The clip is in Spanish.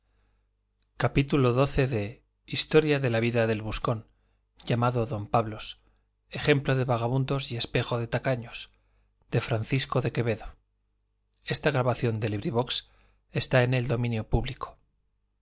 gutenberg ebook historia historia de la vida del buscón llamado don pablos ejemplo de vagamundos y espejo de tacaños de francisco de quevedo y villegas libro primero capítulo i en que